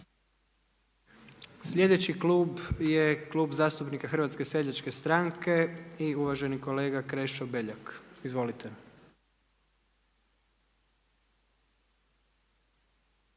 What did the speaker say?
Slijedeći klub je Klub zastupnika Hrvatske seljačke stranke i uvaženi kolega Krešo Beljak. Izvolite.